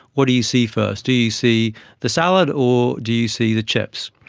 what do you see first? do you you see the salad or do you see the chips?